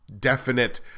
definite